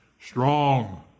Strong